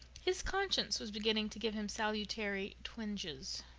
his conscience was beginning to give him salutary twinges.